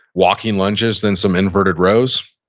walking lunges, then some inverted rows.